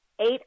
eight